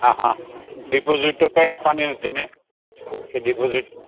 હાં હાં ડિપોઝિટ કંઈ આપવાની નથી ને કે ડિપોઝિટ